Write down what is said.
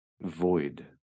void